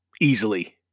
easily